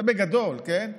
זה בגדול, כן?